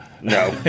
No